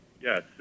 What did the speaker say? yes